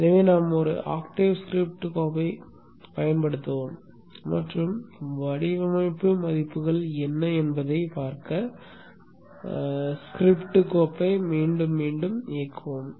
எனவே நாம் ஒரு ஆக்டேவ் ஸ்கிரிப்ட் கோப்பைப் பயன்படுத்துவோம் மற்றும் வடிவமைப்பு மதிப்புகள் என்ன என்பதைப் பார்க்க ஸ்கிரிப்ட் கோப்பை மீண்டும் மீண்டும் இயக்குவோம்